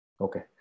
Okay